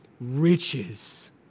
riches